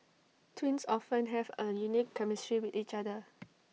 twins often have A unique chemistry with each other